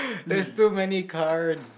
there's too many cards